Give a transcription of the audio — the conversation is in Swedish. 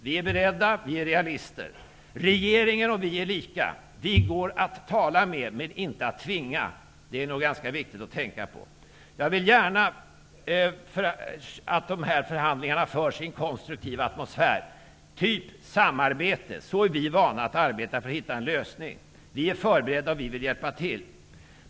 Vi är beredda. Vi är realister. Regeringen och vi är lika. Vi går att tala med men inte att tvinga. Det är nog ganska viktigt att tänka på detta. Jag vill gärna att dessa förhandlingar förs i en konstruktiv atmosfär, typ samarbete. Så är vi vana att arbeta för att hitta en lösning. Vi är förberedda och vi vill hjälpa till.